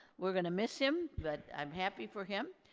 we're gonna miss him but i'm happy for him.